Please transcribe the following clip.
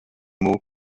maux